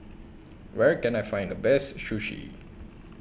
Where Can I Find The Best Sushi